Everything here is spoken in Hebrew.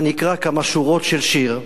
אני אקרא כמה שורות של שיר,